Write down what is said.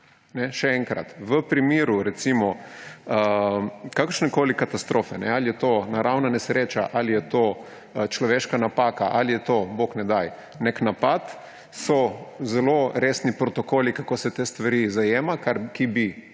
Še enkrat, v primeru kakršnekoli katastrofe, ali je to naravna nesreča ali je to človeška napaka ali je to, bog ne daj, nek napad, so zelo resni protokoli, kako se te stvari zajema, ti bi